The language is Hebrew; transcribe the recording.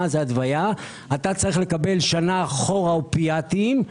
כלומר אתה צריך לקבל שנה אחורה אופיאתיים,